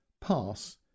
pass